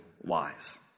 wise